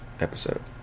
episode